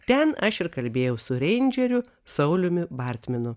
ten aš ir kalbėjau su reindžeriu sauliumi bartminu